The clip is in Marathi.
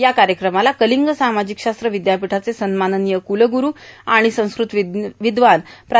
या कार्यक्रमाला कलिंग सामाजिकशास्त्र विद्यापीठाचे सन्माननीय कुलगुरू आणि संस्क्रत विद्वान प्रो